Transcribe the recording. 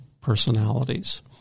personalities